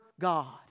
God